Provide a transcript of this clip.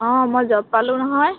অঁ মই জব পালোঁ নহয়